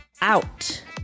out